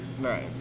Right